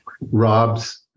rob's